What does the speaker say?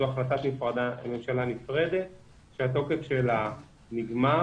זו החלטת ממשלה נפרדת, שהתוקף שלה נגמר.